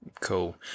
Cool